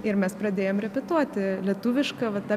ir mes pradėjom repetuoti lietuviška va ta